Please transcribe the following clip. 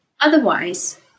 Otherwise